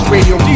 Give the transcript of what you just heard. Radio